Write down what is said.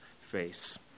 face